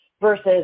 versus